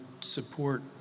support